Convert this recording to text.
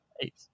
Eight